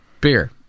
beer